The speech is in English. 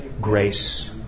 grace